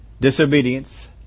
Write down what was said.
Disobedience